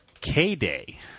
K-Day